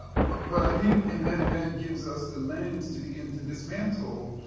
but but i think and that then gives us the lens to begin to dismantle